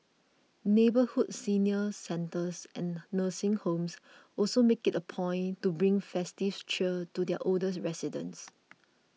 neighbourhood senior centres and nursing homes also make it a point to bring festive cheer to their older residents